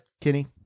Kenny